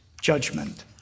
judgment